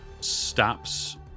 stops